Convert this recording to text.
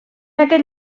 aquest